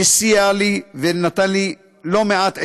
שסייע לי ונתן לי לא מעט עצות,